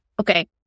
Okay